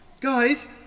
Guys